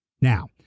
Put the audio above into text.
Now